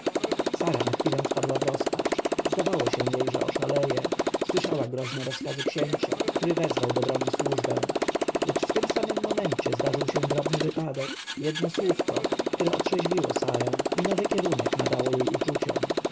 sara na chwilę wpadła w rozpacz zdawało się jej że oszaleje słysząc groźne rozkazy księcia który wezwał do broni służbę lecz w tym samym momencie zdarzył się drobny wypadek jedno słówko które otrzeźwiło sarę i nowy kierunek nadało jej uczuciom